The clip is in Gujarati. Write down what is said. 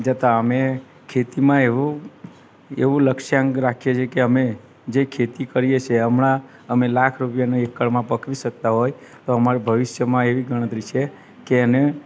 જતા અમે ખેતીમાં એવું એવું લક્ષ્યાંક રાખીએ છે કે અમે જે ખેતી કરીએ છીએ હમણાં અમે લાખ રૂપિયાનો એકરમાં પકવી શકતા હોય તો અમારે ભવિષ્યમાં એવી ગણતરી છે કે એને